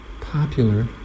popular